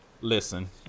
Listen